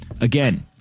Again